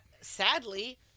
sadly